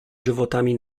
żywotami